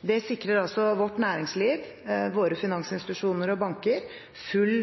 Det sikrer vårt næringsliv, våre finansinstitusjoner og banker full